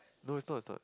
no is not not